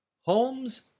Holmes